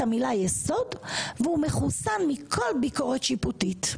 המילה יסוד והוא מחוסן מכל ביקורת שיפוטית.